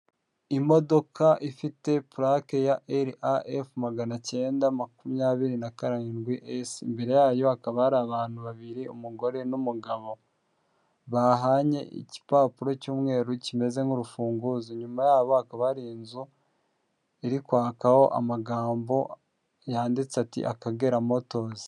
Imodoka ifite purake ya raf maganacyenda makumyabiri na karindwi s mbere yayo hakaba hari abantu babiri umugore n'umugabo bahanye igipapuro cy'umweru kimeze nk'urufunguzo nyuma yabo hakaba hari inzu iri kwakaho amagambo yanditse ati akagera motozi.